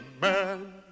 man